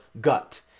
gut